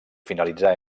finalitzà